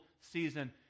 season